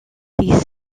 these